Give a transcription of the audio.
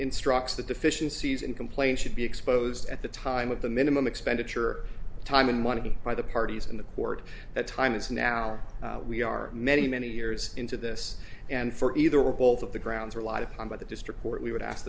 instructs the deficiencies in complaint should be exposed at the time of the minimum expenditure time and money by the parties and the court that time is now we are many many years into this and for either or both of the grounds relied upon by the district court we would ask